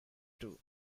too